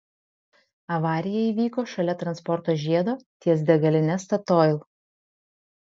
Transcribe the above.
avarija įvyko šalia transporto žiedo ties degaline statoil